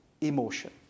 emotion